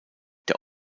der